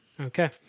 okay